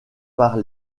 par